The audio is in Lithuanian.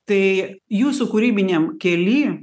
tai jūsų kūrybiniam kely